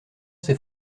ses